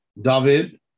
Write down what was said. David